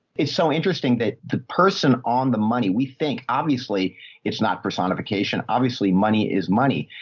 it's so interesting that the person on the money, we think, obviously it's not personification. obviously money is money,